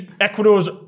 Ecuador's